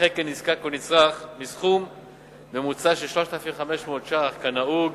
נכה כנזקק או נצרך מסכום ממוצע של 3,500 שקלים כנהוג